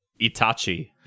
Itachi